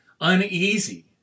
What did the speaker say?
uneasy